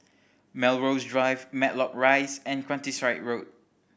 Melrose Drive Matlock Rise and Countryside Road